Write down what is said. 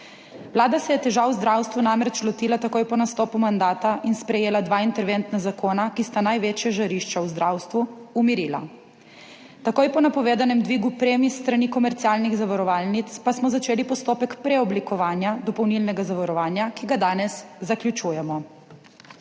Vlada se je težav v zdravstvu namreč lotila takoj po nastopu mandata in sprejela dva interventna zakona, ki sta največja žarišča v zdravstvu umirila. Takoj po napovedanem dvigu premij s strani komercialnih zavarovalnic pa smo začeli postopek preoblikovanja dopolnilnega zavarovanja, ki ga danes zaključujemo.